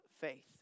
faith